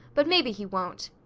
but maybe he won't!